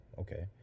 okay